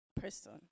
person